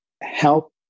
help